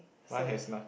so